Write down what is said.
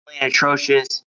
atrocious